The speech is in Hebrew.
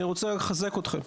אני רוצה לחזק אתכם.